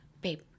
Babe